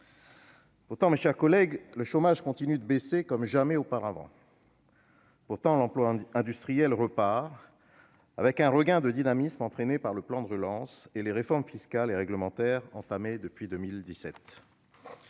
Pourtant, mes chers collègues, le chômage continue de baisser comme jamais auparavant. Pourtant, l'emploi industriel repart et connaît un regain de dynamisme, grâce au plan de relance et aux réformes fiscales et réglementaires entamées depuis 2017.